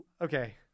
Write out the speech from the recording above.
okay